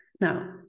Now